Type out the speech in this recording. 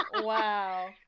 Wow